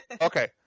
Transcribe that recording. okay